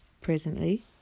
presently